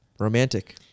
Romantic